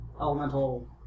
elemental